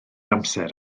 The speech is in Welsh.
amser